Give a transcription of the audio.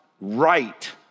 right